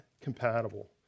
compatible